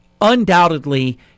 undoubtedly